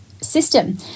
system